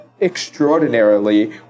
extraordinarily